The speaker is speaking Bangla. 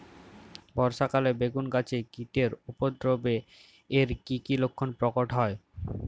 বর্ষা কালে বেগুন গাছে কীটের উপদ্রবে এর কী কী লক্ষণ প্রকট হয়?